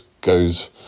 goes